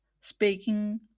speaking